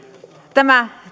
tämä